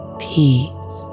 peace